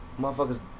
Motherfuckers